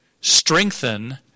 strengthen